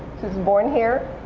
she was born here.